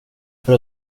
för